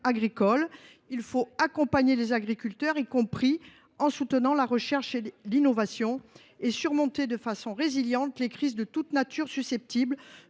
nécessaire d’accompagner les agriculteurs, y compris en soutenant la recherche et l’innovation, et de surmonter de façon résiliente les crises de toute nature susceptibles